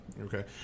Okay